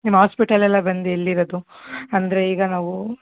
ನಿಮ್ಮ ಹಾಸ್ಪೆಟಲ್ ಎಲ್ಲ ಬಂದು ಎಲ್ಲಿರೋದು ಅಂದರೆ ಈಗ ನಾವು